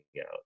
out